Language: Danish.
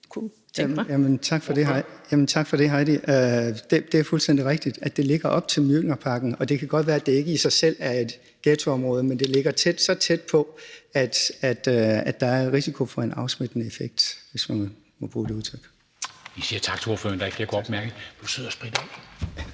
til Heidi Bank. Det er fuldstændig rigtigt, at det ligger op til Mjølnerparken, og det kan godt være, at det ikke i sig selv er et ghettoområde, men det ligger så tæt på, at der er risiko for en afsmittende effekt, hvis man må bruge det udtryk.